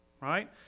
Right